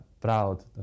proud